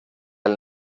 del